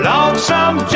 Lonesome